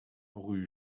rue